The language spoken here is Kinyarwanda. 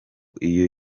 iyo